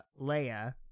Leia